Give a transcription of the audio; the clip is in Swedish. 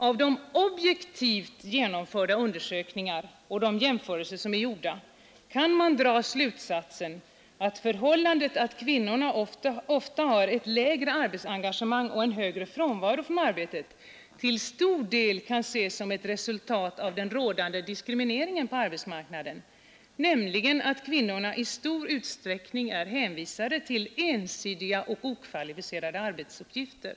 Av de objektivt genomförda undersökningar och de jämförelser som är gjorda kan man dra slutsatsen att förhållandet att kvinnorna har ett lägre arbetsengagemang och en högre frånvaro från arbetet till stor del måste ses som ett resultat av den rådande diskrimineringen på arbetsmarknaden, nämligen att kvinnorna i stor utsträckning är hänvisade till ensidiga och okvalificerade arbetsuppgifter.